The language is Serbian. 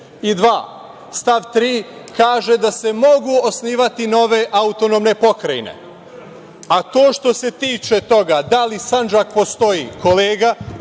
182. stav 3. kaže da se mogu osnivati nove autonomne pokrajine. A to što se tiče toga da li Sandžak postoji, kolega,